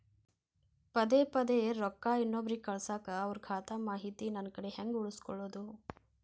ಪದೆ ಪದೇ ರೊಕ್ಕ ಇನ್ನೊಬ್ರಿಗೆ ಕಳಸಾಕ್ ಅವರ ಖಾತಾ ಮಾಹಿತಿ ನನ್ನ ಕಡೆ ಹೆಂಗ್ ಉಳಿಸಿಕೊಳ್ಳೋದು?